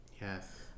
Yes